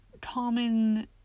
common